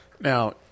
Now